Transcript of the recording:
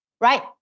right